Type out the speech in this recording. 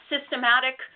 systematic